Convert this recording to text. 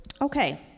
Okay